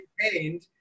maintained